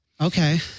Okay